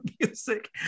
music